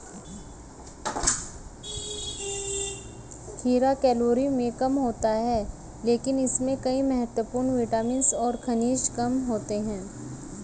खीरा कैलोरी में कम होता है लेकिन इसमें कई महत्वपूर्ण विटामिन और खनिज होते हैं